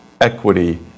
equity